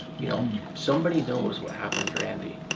you know somebody knows what happened to randy.